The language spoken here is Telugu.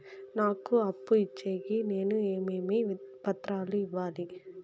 నాకు అప్పు ఇచ్చేకి నేను ఏమేమి పత్రాలు ఇవ్వాలి